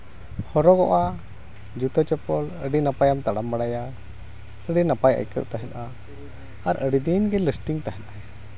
ᱦᱚᱨᱚᱜᱚᱜᱼᱟ ᱡᱩᱛᱟᱹ ᱪᱚᱯᱯᱚᱞ ᱟᱹᱰᱤ ᱱᱟᱯᱟᱭᱮᱢ ᱛᱟᱲᱟᱢ ᱵᱟᱲᱟᱭᱟ ᱟᱹᱰᱤ ᱱᱟᱯᱟᱭ ᱟᱹᱭᱠᱟᱹᱜ ᱛᱟᱦᱮᱱᱟ ᱟᱨ ᱟᱹᱰᱤ ᱫᱤᱱ ᱜᱮ ᱞᱟᱥᱴᱤᱝ ᱛᱟᱦᱮᱱᱟ